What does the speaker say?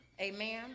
Amen